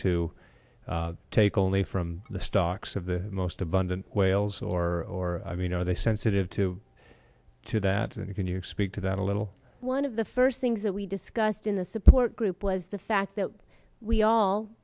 to take only from the stocks of the most abundant whales or i mean are they sensitive to to that can you expect that a little one of the first things that we discussed in the support group was the fact that we all